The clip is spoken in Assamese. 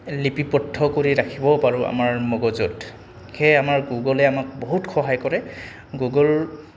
লিপিবব্ধ কৰি ৰাখিবও পাৰোঁ আমাৰ মগজত সেয়ে আমাৰ গুগলে আমাক বহুত সহায় কৰে গুগল